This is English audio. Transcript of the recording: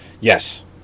Yes